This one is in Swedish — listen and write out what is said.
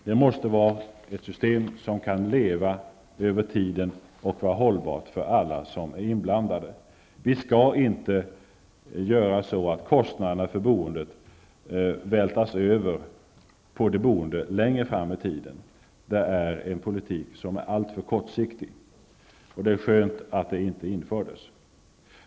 Det måste skapas ett system som kan leva över tiden och vara hållbart för alla som är inblandade. Vi skall inte göra så att kostnaderna för boendet vältras över på de boende längre fram i tiden. Det är en politik som är alltför kortsiktig, och det är skönt att den inte infördes.